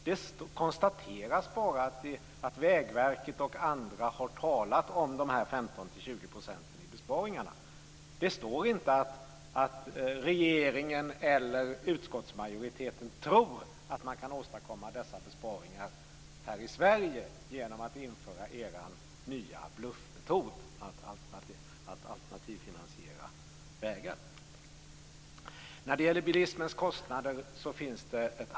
Det konstateras bara att Vägverket och andra har talat om 15-20 % i besparingar. Det står inte att regeringen eller utskottsmajoriteten tror att man kan åstadkomma dessa besparingar här i Sverige genom att införa er nya bluffmetod att alternativfinansiera vägar. Det finns ett antal beräkningar av bilismens kostnader.